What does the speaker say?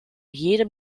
jedem